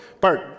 Bart